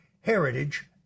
heritage